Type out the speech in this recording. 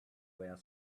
where